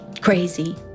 crazy